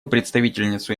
представительницу